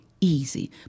easy